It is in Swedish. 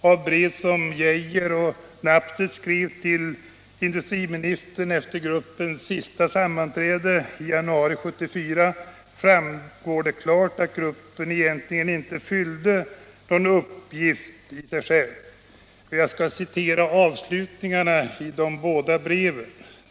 Av brev som Geijer och Nabseth skrev till industriministern efter gruppens sista sammanträde i januari 1974 framgår klart att gruppen egentligen inte fyllde någon uppgift i sig. Jag skall citera avslutningarna i de båda breven.